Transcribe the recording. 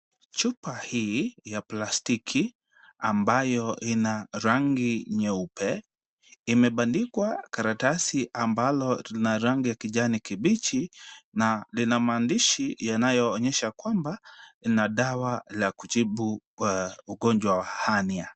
Chupa hii ya plastiki ambayo ina rangi nyeupe, imebandikwa karatasi ambalo lina rangi ya kijani kibichi na lina maandishi yanayo onyesha kwamba lina dawa la kutibu ugonjwa wa Hania.